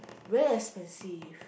very expensive